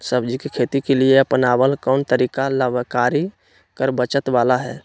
सब्जी के खेती के लिए अपनाबल कोन तरीका लाभकारी कर बचत बाला है?